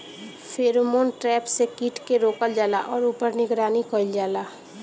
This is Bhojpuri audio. फेरोमोन ट्रैप से कीट के रोकल जाला और ऊपर निगरानी कइल जाला?